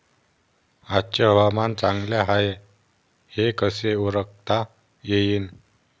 आजचे हवामान चांगले हाये हे कसे ओळखता येईन?